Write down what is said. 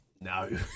No